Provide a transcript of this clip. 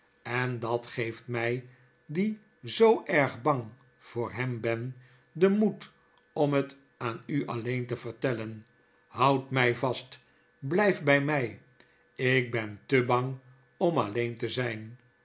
en dat geeft mij die zoo erg bang voor hem ben den tiaoed om het aan u alleen te vertellen houd my vast blyf by my ik ben te bang om alleen te zijn